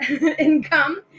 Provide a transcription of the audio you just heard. income